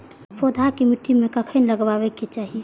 पौधा के मिट्टी में कखेन लगबाके चाहि?